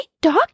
dog